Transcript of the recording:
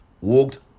walked